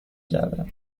گردم